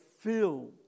fill